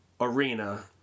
arena